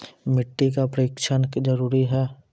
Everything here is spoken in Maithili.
मिट्टी का परिक्षण जरुरी है?